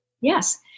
Yes